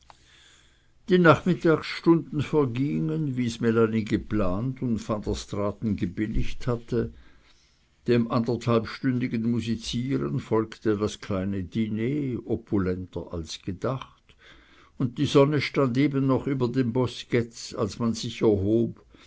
die nachmittagsstunden vergingen wie's melanie geplant und van der straaten gebilligt hatte dem anderthalbstündigen musizieren folgte das kleine diner opulenter als gedacht und die sonne stand eben noch über den bosketts als man sich erhob